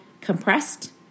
compressed